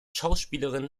schauspielerin